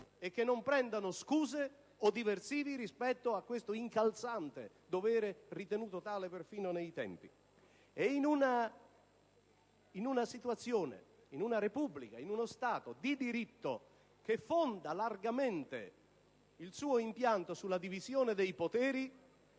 e di non mettere innanzi scuse o diversivi rispetto a questo incalzante dovere ritenuto tale perfino nei tempi. In una Repubblica, in uno Stato di diritto, che fonda largamente il suo impianto sulla divisione dei poteri,